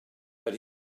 but